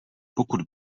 pokud